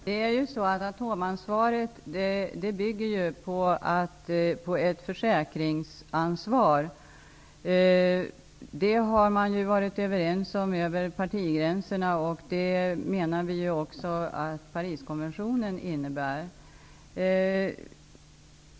Herr talman! Atomansvaret bygger ju på ett försäkringsansvar. Det har man varit överens om över partigränserna. Vi menar också att Pariskonventionen innebär samma sak.